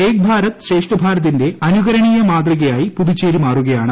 ഏക് ഭാരത് ശ്രേഷ്ഠ് ഭാരതിന്റെ അനുകരണീയ മാതൃകയായി പുതുച്ചേരി മാറുകയാണ്